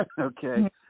Okay